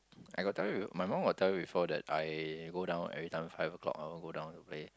I got tell you my mum got tell you before that I go down every time five o-clock I'll go down to play